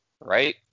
right